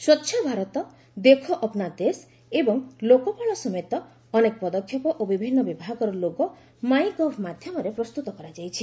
ସ୍ୱଚ୍ଛ ଭାରତ ଦେଖୋ ଅପ୍ନା ଦେଶ ଏବଂ ଲୋକପାଳ ସମେତ ଅନେକ ପଦକ୍ଷେପ ଓ ବିଭିନ୍ନ ବିଭାଗର ଲୋଗୋ ମାଇଁଗଭ୍ ମାଧ୍ୟମରେ ପ୍ରସ୍ତୁତ କରାଯାଇଛି